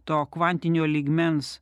to kvantinio lygmens